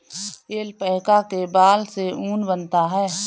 alpaca के बाल से ऊन बनता है